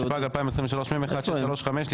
התשפ"ג-2023 (מ/1635).